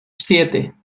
siete